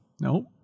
Nope